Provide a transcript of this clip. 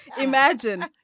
imagine